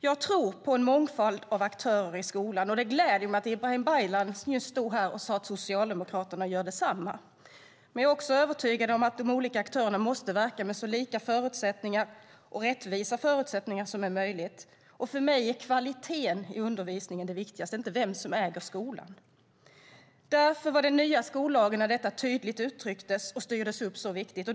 Jag tror på en mångfald av aktörer i skolan, och det gläder mig att Ibrahim Baylan nyss stod i talarstolen och sade att Socialdemokraterna gör detsamma. Jag är dock också övertygad om att de olika aktörerna måste verka med så lika och rättvisa förutsättningar som möjligt. För mig är kvaliteten i undervisningen det viktigaste, inte vem som äger skolan. Därför var den nya skollagen, där detta tydligt uttrycktes och styrdes upp, så viktig.